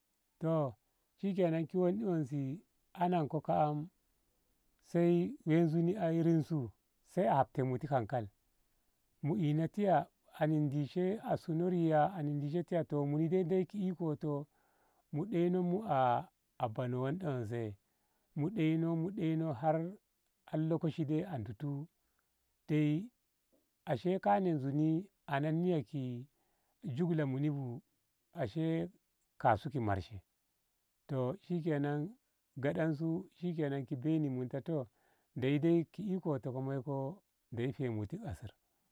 Toh shikenan ki wonde wonse anakko kam sai woi zunu ai rinsu sai a hafte mu ti hankal mu ina tiya ana dishe suno riya ana dishe tiya toh muni dai ndeyi ki ikoto mu ɗeino mu a banoh wonde wonse mu ɗeino mu ɗeino har lokoci dai a ditu dai ashe kana zuni anan niya ki jugla muni bu ashe kasu ki marshe toh shikena gaɗansu shikenan ki beini munta toh ndeyi dai ki ikoto ko moiko ndeyi hemuti ashir.